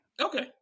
Okay